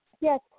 yes